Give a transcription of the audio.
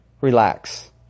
relax